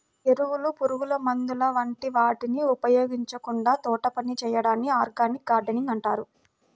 ఎరువులు, పురుగుమందుల వంటి వాటిని ఉపయోగించకుండా తోటపని చేయడాన్ని ఆర్గానిక్ గార్డెనింగ్ అంటారు